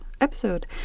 episode